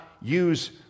use